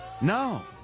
No